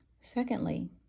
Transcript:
Secondly